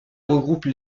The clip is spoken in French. regroupe